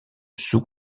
sous